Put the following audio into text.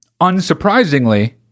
Unsurprisingly